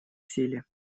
силе